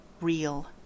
Real